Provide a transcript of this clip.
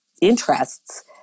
interests